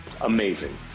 amazing